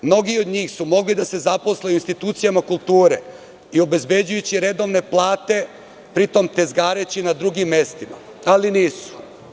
Mnogi od njih su mogli da se zaposle u institucijama kulture i obezbeđujući redovne plate, pri tom tezgareći na drugim mestima, ali nisu.